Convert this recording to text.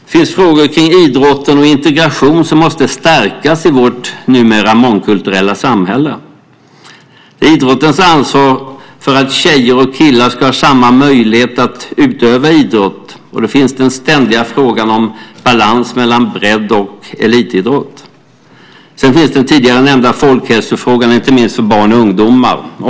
Det finns frågor kring idrott och integration som måste stärkas i vårt numera mångkulturella samhälle. Det är idrottens ansvar för att tjejer och killar ska ha samma möjlighet att utöva idrott. Det är den ständiga frågan om balans mellan bredd och elitidrott. Sedan finns den tidigare nämnda folkhälsofrågan, inte minst för barn och ungdomar.